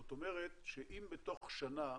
זאת אומרת שאם בתוך שנה,